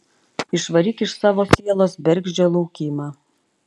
išvaryk iš savo sielos bergždžią laukimą